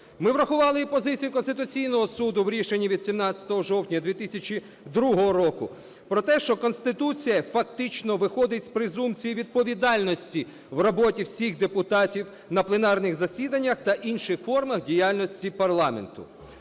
Ми врахували і позицію Конституційного Суду в рішенні від 17 жовтня 2002 року про те, що Конституція фактично виходить з презумпції відповідальності в роботі всіх депутатів на пленарних засіданнях та інших формах діяльності парламенту.